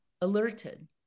alerted